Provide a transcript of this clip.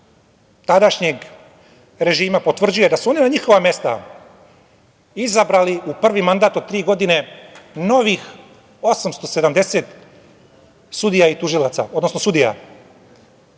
tadašnjeg režima potvrđuje da su oni na njihova mesta izabrali u prvi mandat od tri godine novih 870 sudija i tužilaca, odnosno sudija,